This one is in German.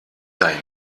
dein